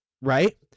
right